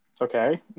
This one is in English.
Okay